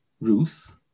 Ruth